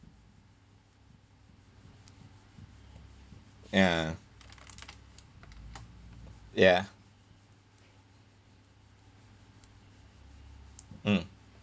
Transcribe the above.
ya ya mm